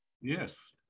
Yes